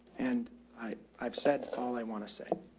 and i, i've said all i want to say.